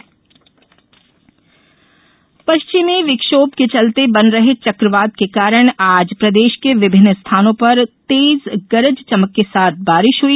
मौसम पश्चिमी विक्षोभ के चलते बन रहे चक्रवात के कारण आज प्रदेश के विभिन्न स्थानों पर तेज गरज चमक के साथ बारिश हई